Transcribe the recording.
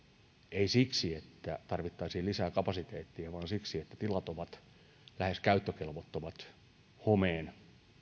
ei siksi että tarvittaisiin lisää kapasiteettia vaan siksi että tilat ovat lähes käyttökelvottomat homeen